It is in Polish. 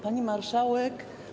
Pani Marszałek!